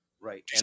Right